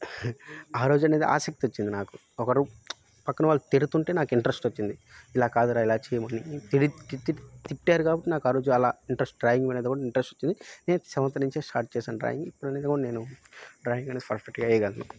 ఆ రోజు అనేది ఆసక్తి వచ్చింది నాకు ఒకడు పక్కన వాళ్ళు తిడుతుంటే నాకు ఇంట్రస్ట్ వచ్చింది ఇలా కాదురా ఇలా చేయమని తిడి తి తి తిట్టారు కాబట్టి నాకు ఆ రోజు అలా ఇంట్రస్ట్ డ్రాయింగ్ అనేది కూడా ఇంట్రస్ట్ వచ్చింది నేను సెవెంత్ నుంచి స్టార్ట్ చేశాను డ్రాయింగ్ ఇప్పుడు అనేది కూడా నేను డ్రాయింగ్ అనేది పర్ఫెక్ట్గా వేయగలను